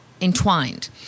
Entwined